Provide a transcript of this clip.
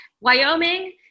Wyoming